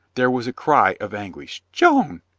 there was a cry of anguish. joan!